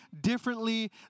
differently